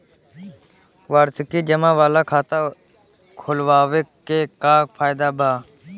वार्षिकी जमा वाला खाता खोलवावे के का फायदा बा?